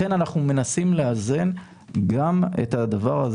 לכן אנחנו מנסים לאזן גם את הדבר הזה